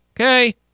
Okay